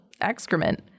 excrement